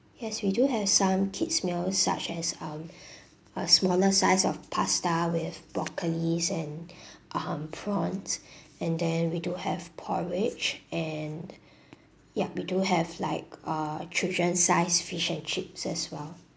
yes we do have some kids meals such as um a smaller size of pasta with broccoli and um prawns and then we do have porridge and yup we do have like uh children sized fish and chips as well